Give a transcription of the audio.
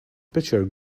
pitcher